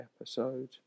episode